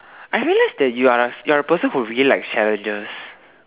I realised that you're a you're a person who really likes challenges